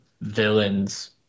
villains